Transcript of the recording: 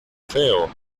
feo